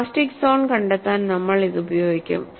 plastic zone കണ്ടെത്താൻ നമ്മൾ ഇത് ഉപയോഗിക്കും